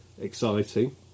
exciting